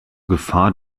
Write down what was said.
gefahr